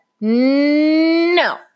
no